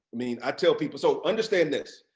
i mean i tell people so understand this,